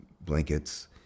blankets